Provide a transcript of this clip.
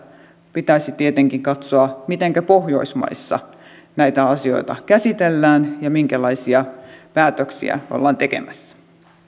pitäisi tietenkin katsoa mitenkä pohjoismaissa näitä asioita käsitellään ja minkälaisia päätöksiä ollaan tekemässä